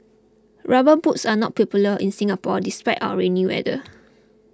rubber boots are not popular in Singapore despite our rainy weather